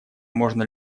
можно